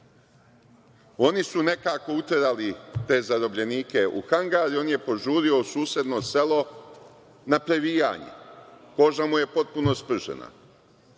Oni su nekako uterali te zarobljenike u hangar i on je požurio u susedno selo na previjanje. Koža mu je potpuno spržena.